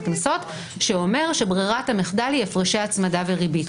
2א שאומר שברירת המחדל היא הפרשי הצמדה וריבית,